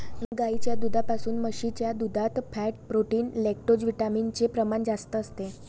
गाईच्या दुधापेक्षा म्हशीच्या दुधात फॅट, प्रोटीन, लैक्टोजविटामिन चे प्रमाण जास्त असते